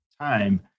time